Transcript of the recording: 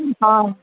हा